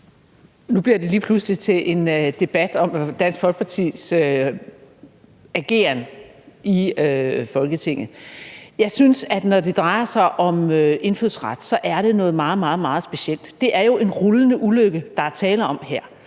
Nu bliver det lige pludselig til en debat om Dansk Folkepartis ageren i Folketinget. Jeg synes, at når det drejer sig om indfødsret, er det noget meget, meget specielt. Det er jo en rullende ulykke, der er tale om her.